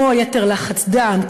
כמו יתר לחץ דם,